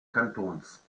kantons